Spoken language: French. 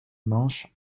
manches